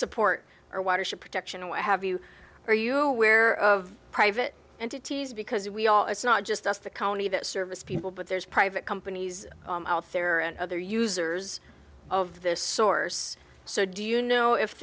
support or watership protection and what have you are you aware of private entities because we all it's not just us the county that service people but there's private companies out there and other users of this source so do you know if